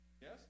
Yes